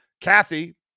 Kathy